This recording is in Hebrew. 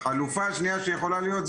החלופה השנייה שיכולה להיות,